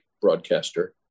broadcaster